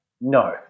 No